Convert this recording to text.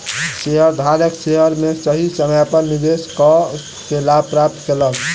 शेयरधारक शेयर में सही समय पर निवेश कअ के लाभ प्राप्त केलक